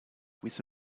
with